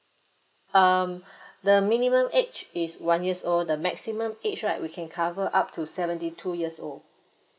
um the minimum age is one years old the maximum age right we can cover up to seventy two years old